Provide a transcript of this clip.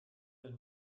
del